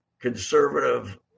conservative